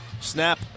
snap